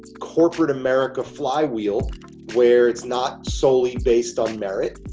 corporate america flywheel where it's not solely based on merit